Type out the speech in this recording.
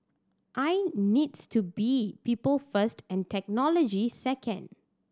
aI needs to be people first and technology second